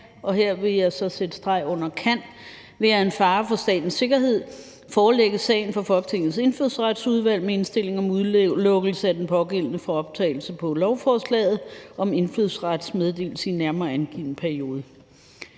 her vil jeg så sætte streg under kan – »være en fare for statens sikkerhed, forelægges sagen for Folketingets Indfødsretsudvalg med indstilling om udelukkelse af den pågældende fra optagelse på et lovforslag om indfødsrets meddelelse i en nærmere angiven periode«.